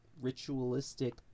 ritualistic